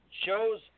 shows